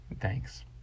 thanks